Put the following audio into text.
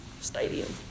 stadium